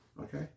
Okay